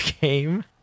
game